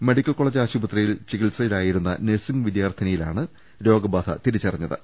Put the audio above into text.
medical college ആശുപത്രിയിൽ ചികിത്സയിലായിരുന്ന nursing വിദ്യാർത്ഥിയിലാണ് രോഗബാധ തിരിച്ചറിഞ്ഞത്